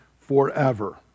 forever